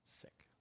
sick